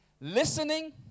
Listening